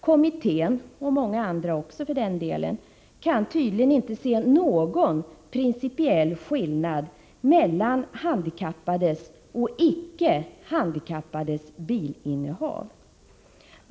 Kommittén och många andra också för den delen kan tydligen inte se någon principiell skillnad mellan handikappades och icke handikappades bilinnehav.